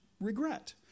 regret